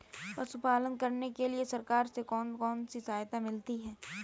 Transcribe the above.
पशु पालन करने के लिए सरकार से कौन कौन सी सहायता मिलती है